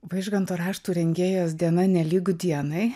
vaižganto raštų rengėjas diena nelygu dienai